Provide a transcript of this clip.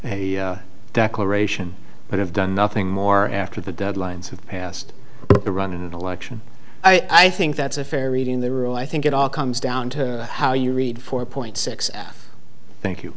a declaration but have done nothing more after the deadlines have passed to run an election i think that's a fair reading the rule i think it all comes down to how you read four point six thank you